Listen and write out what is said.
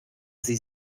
sie